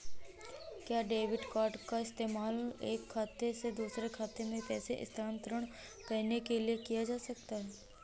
क्या debit card का इस्तेमाल एक खाते से दूसरे खाते में पैसे स्थानांतरण करने के लिए किया जा सकता है?